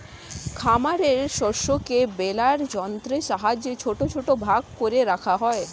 খামারের শস্যকে বেলার যন্ত্রের সাহায্যে ছোট ছোট ভাগ করে রাখা হয়